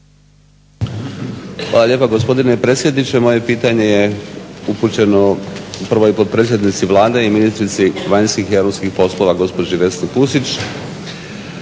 Hvala lijepa gospodine predsjedniče. Moje pitanje je upućeno prvoj potpredsjednici Vlade i ministrici vanjskih i europskih poslova gospođi Vesni Pusić